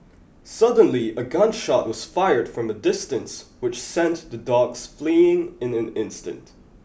suddenly a gun shot was fired from a distance which sent the dogs fleeing in an instant